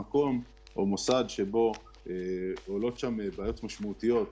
במקום או במוסד שבו עולות בעיות משמעותיות,